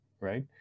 right